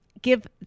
Give